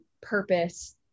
purpose